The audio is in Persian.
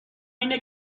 اینه